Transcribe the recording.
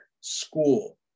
school